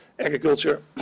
agriculture